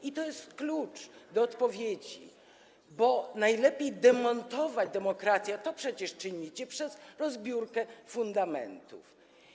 I to jest klucz do odpowiedzi, bo najlepiej demontować demokrację, a to przecież czynicie, przez rozbiórkę fundamentów.